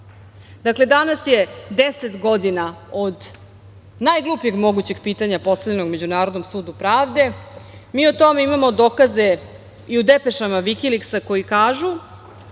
Vuče. Dakle, danas je 10 godina od najglupljeg mogućeg pitanja postavljenog Međunarodnom sudu pravde. Mi o tome imamo dokaze i u depešama „Vikiliksa“, koji kažu